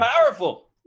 powerful